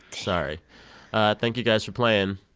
sorry thank you guys for playing.